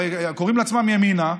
הרי הם קוראים לעצמם "ימינה".